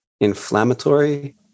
inflammatory